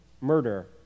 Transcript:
murder